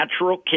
natural